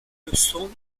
leçons